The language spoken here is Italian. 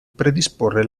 predisporre